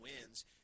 wins